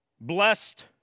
Blessed